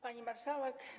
Pani Marszałek!